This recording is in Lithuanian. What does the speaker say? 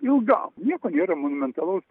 ilgam nieko nėra monumentalaus